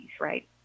right